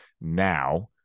now